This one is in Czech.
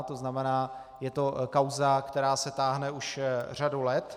To znamená, je to kauza, která se táhne už řadu let.